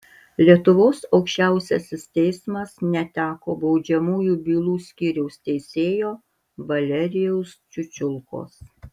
lietuvos aukščiausiasis teismas neteko baudžiamųjų bylų skyriaus teisėjo valerijaus čiučiulkos